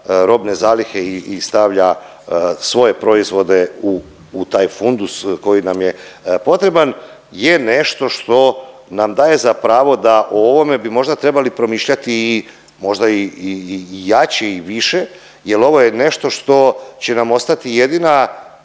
robne zalihe i stavlja svoje proizvode u, u taj fundus koji nam je potreban, je nešto što nam daje za pravo da o ovome bi možda trebali promišljati i možda i, i jače i više jer ovo je nešto što će nam ostati jedina